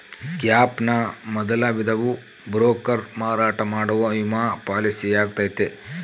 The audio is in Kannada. ಗ್ಯಾಪ್ ನ ಮೊದಲ ವಿಧವು ಬ್ರೋಕರ್ ಮಾರಾಟ ಮಾಡುವ ವಿಮಾ ಪಾಲಿಸಿಯಾಗೈತೆ